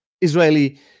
Israeli